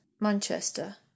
Manchester